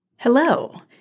Hello